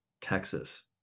Texas